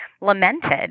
lamented